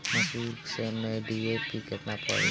मसूर में डी.ए.पी केतना पड़ी?